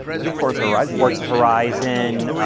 i think forza horizon. forza horizon,